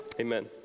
Amen